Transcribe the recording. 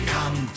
Come